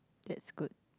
that's good